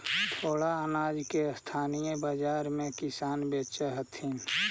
थोडा अनाज के स्थानीय बाजार में किसान बेचऽ हथिन